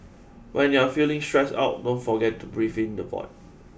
when you are feeling stressed out don't forget to breathe into the void